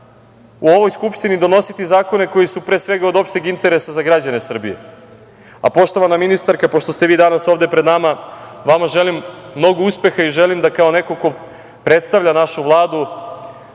u ovoj Skupštini donositi zakone koji su, pre svega, od opšteg interesa za građane Srbije. Poštovana ministarka, pošto ste vi danas ovde pred nama, vama želim mnogo uspeha i želim da kao neko ko predstavlja našu Vladu,